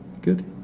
Good